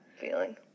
feeling